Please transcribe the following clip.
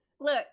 Look